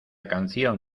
canción